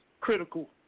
critical